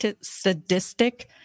sadistic